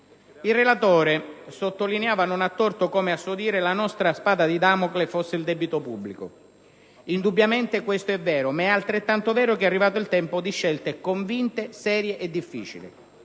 Il relatore sottolineava non a torto come, a suo dire, la nostra spada di Damocle fosse il debito pubblico. Indubbiamente questo è vero, ma è altrettanto vero che è arrivato il tempo di scelte convinte, serie e difficili.